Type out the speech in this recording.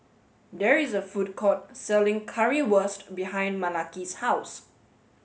there is a food court selling Currywurst behind Malaki's house